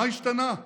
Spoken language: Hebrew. מה השתנה?